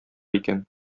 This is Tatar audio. икән